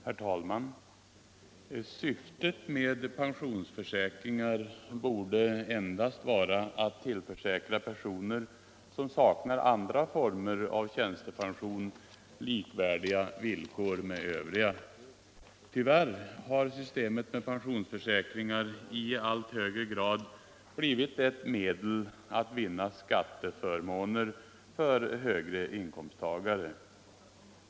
Herr talman! Syftet med pensionsförsäkringar borde endast vara att tillförsäkra personer som saknar andra former av tjänstepension likvärdiga villkor med övriga. Tyvärr har systemet med pensionsförsäkringar i allt högre grad blivit ett medel för högre inkomsttagare att vinna skatteförmåner.